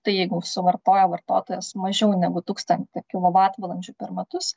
tai jeigu suvartoja vartotojas mažiau negu tūkstantį kilovatvalandžių per metus